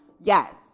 Yes